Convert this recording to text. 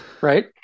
Right